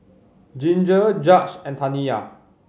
Ginger Judge and Taniya